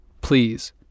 please